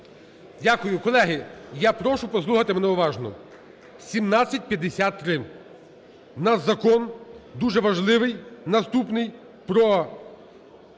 Дякую. Колеги, я прошу послухати мене уважно, 17:53. У нас Закон дуже важливий наступний: про